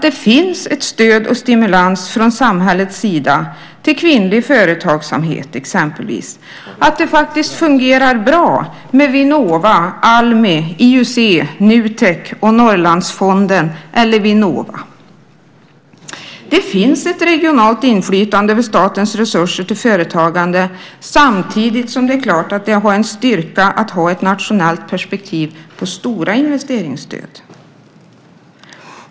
Det finns ett stöd och en stimulans från samhällets sida när det gäller kvinnlig företagsamhet exempelvis, och det fungerar faktiskt bra med Vinnova, Almi, IUC, Nutek och Norrlandsfonden. Det finns ett regionalt inflytande över statens resurser till företagande samtidigt som det är klart att det är en styrka att ha ett nationellt perspektiv på stora investeringsstöd.